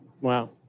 Wow